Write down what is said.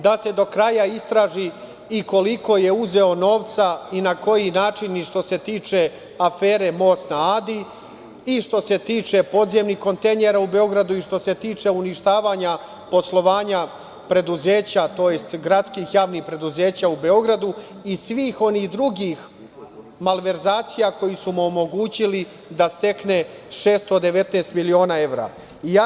Da se do kraja istraži i koliko je uzeo novca i na koji način, što se tiče afere „Most na Adi“ i što se tiče podzemnih kontejnera u Beogradu i što se tiče uništavanja poslovanja preduzeća, tj. gradskih javnih preduzeća u Beogradu, i svih onih drugih malverzacija koje su mu omogućile da stekne 619 miliona evra.